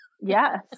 Yes